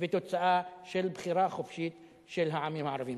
ותוצאה של בחירה חופשית של העמים הערביים.